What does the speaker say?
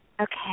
Okay